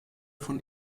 von